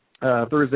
Thursday